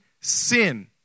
sin